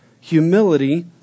humility